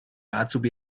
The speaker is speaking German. azubi